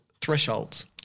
thresholds